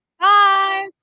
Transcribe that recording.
Bye